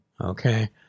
Okay